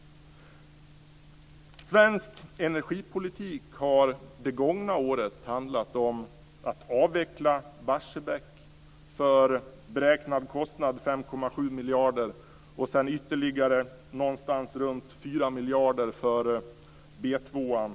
Svensk energipolitik har det gångna året handlat om att avveckla Barsebäck för en beräknad kostnad på 5,7 miljarder och sedan ytterligare någonstans runt 4 miljarder för B 2:an.